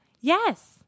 Yes